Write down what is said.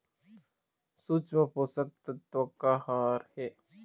सूक्ष्म पोषक तत्व का हर हे?